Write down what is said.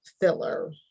filler